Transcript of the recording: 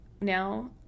now